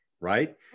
right